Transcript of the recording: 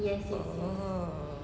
oh